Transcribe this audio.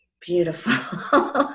beautiful